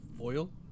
oil